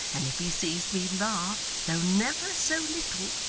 and if he sees me laugh, though never so little,